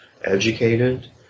educated